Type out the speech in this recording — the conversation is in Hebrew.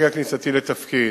מרגע כניסתי לתפקיד,